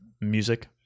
music